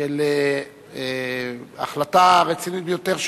של החלטה רצינית ביותר,